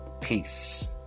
Peace